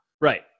Right